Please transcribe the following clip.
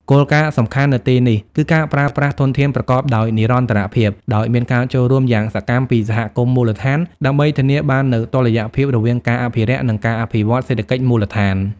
គោលការណ៍សំខាន់នៅទីនេះគឺការប្រើប្រាស់ធនធានប្រកបដោយនិរន្តរភាព ដោយមានការចូលរួមយ៉ាងសកម្មពីសហគមន៍មូលដ្ឋាន ដើម្បីធានាបាននូវតុល្យភាពរវាងការអភិរក្ស និងការអភិវឌ្ឍសេដ្ឋកិច្ចសង្គម។